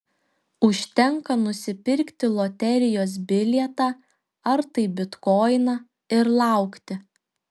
užtenka nusipirkti loterijos bilietą ar tai bitkoiną ir laukti